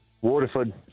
Waterford